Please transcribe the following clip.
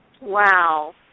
Wow